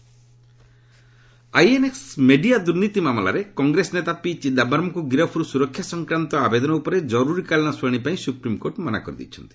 SC Chidambaram INX Media ଦୁର୍ନୀତି ମାମଲାରେ କଂଗ୍ରେସ ନେତା ପି ଚିଦାମ୍ଘରମ୍ଙ୍କୁ ଗିରଫର୍ ସ୍ୱରକ୍ଷା ସଂକ୍ରାନ୍ତ ଆବେଦନ ଉପରେ କର୍ତରୀକାଳୀନ ଶୁଣାଣି ପାଇଁ ସୁପ୍ରିମ୍କୋର୍ଟ ମନା କରିଦେଇଛନ୍ତି